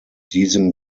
diesem